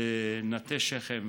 ונטה שכם